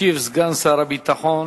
ישיב סגן שר הביטחון